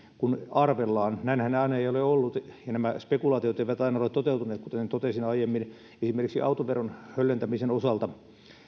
kuin arvellaan näinhän ei aina ole ollut ja nämä spekulaatiot eivät aina ole toteutuneet kuten totesin aiemmin esimerkiksi autoveron höllentämisen osalta